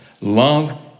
Love